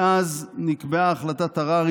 מאז נקבעה החלטת הררי,